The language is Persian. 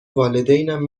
والدینم